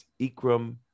Ikram